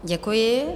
Děkuji.